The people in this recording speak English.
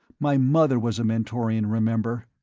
my mother was a mentorian, remember.